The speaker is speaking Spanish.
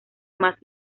más